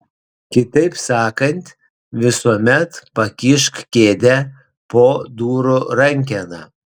kitaip sakant visuomet pakišk kėdę po durų rankena